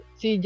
si